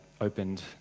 opened